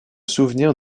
souvenir